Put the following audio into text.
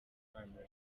family